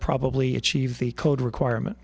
probably achieve the code requirement